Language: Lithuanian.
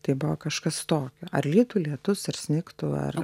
tai buvo kažkas tokio ar lytų lietus ar snigtų ar